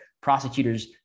prosecutor's